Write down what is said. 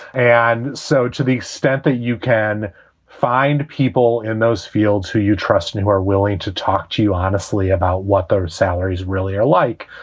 and so to the extent that you can find people in those fields who you trust and who are willing to talk to you honestly about what their salaries really are like,